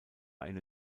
eine